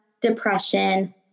depression